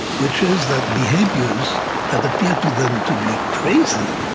which is that behaviors that appear to them to be crazy